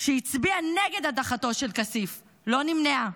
שהצביעה נגד הדחתו של כסיף, לא נמנעה,